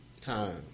time